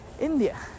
India